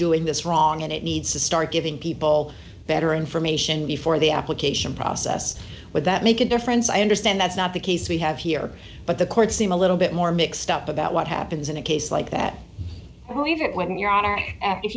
doing this wrong and it needs to start giving people better information before the application process would that make a difference i understand that's not the case we have here but the courts seem a little bit more mixed up about what happens in a case like that i